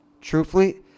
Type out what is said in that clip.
truthfully